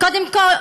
קודם כול,